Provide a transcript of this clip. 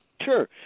Sure